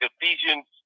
Ephesians